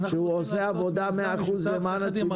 שהוא עושה עבודה 100% למען הציבור.